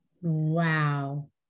Wow